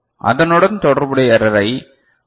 அதனுடன் தொடர்புடைய எரரை ஐ